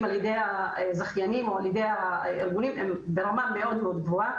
על ידי הזכיינים או על ידי הארגונים הם ברמה מאוד מאוד גבוהה.